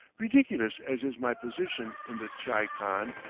ridiculous as is my position in the tchai-khan,